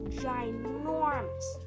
ginormous